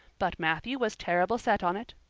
but matthew was terrible set on it.